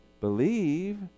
believe